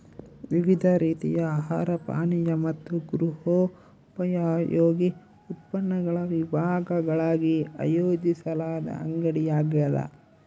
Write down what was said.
ವಿವಿಧ ರೀತಿಯ ಆಹಾರ ಪಾನೀಯ ಮತ್ತು ಗೃಹೋಪಯೋಗಿ ಉತ್ಪನ್ನಗಳ ವಿಭಾಗಗಳಾಗಿ ಆಯೋಜಿಸಲಾದ ಅಂಗಡಿಯಾಗ್ಯದ